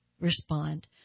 respond